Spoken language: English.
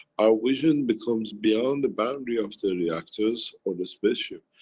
our vision becomes beyond the boundary of the reactors or the spaceship.